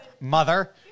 Mother